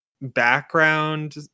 background